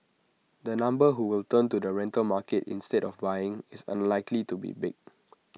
the number who will turn to the rental market instead of buying is unlikely to be big